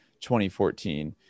2014